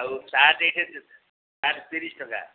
ଆଉ ଚା ଟିକେ ଚା ତିରିଶ ଟଙ୍କା